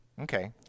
Okay